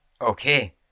Okay